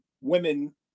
women